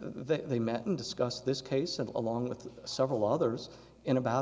they met and discussed this case and along with several others in about